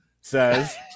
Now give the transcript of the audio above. says